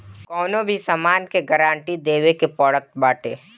कवनो भी सामान के गारंटी देवे के पड़त बाटे